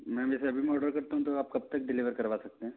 ma'am मैं अभी order करता हूँ तो आप कब तक डिलीवर करवा सकते हैं